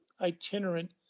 itinerant